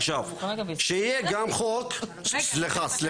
עכשיו, שיהיה גם חוק ------ לציבור.